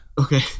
Okay